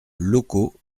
locaux